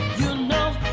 you know